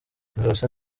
narose